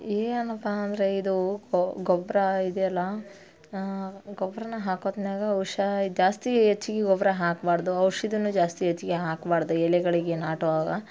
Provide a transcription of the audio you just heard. ಏನಪ್ಪ ಅಂದರೆ ಇದು ಗೊಬ್ಬರ ಇದೆಲ್ಲ ಗೊಬ್ಬರನ ಹಾಕೊತ್ನ್ಯಾಗ ಉಷಾ ಜಾಸ್ತಿ ಹೆಚ್ಚಿಗಿ ಗೊಬ್ಬರ ಹಾಕಬಾರ್ದು ಔಷಧಿನು ಜಾಸ್ತಿ ಹೆಚ್ಚಿಗಿ ಹಾಕಬಾರ್ದು ಎಲೆಗಳಿಗೆ ನಾಟುವಾಗ